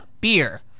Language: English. Beer